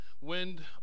wind